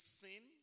sin